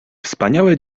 wspaniałe